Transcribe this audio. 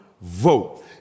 vote